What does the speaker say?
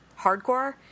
Hardcore